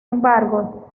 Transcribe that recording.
embargo